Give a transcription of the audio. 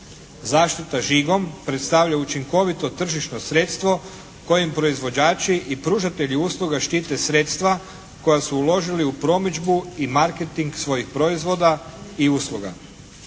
Zaštita žigom predstavlja učinkovito tržišno sredstvo kojim proizvođače i pružatelji usluga štite sredstva koja su uložili u promidžbu i marketing svojih proizvoda i usluga.